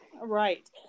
Right